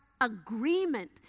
agreement